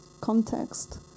context